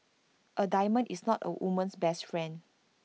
A diamond is not A woman's best friend